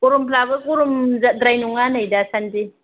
गरमफ्राबो गरम द्राय नङा नै दासान्दि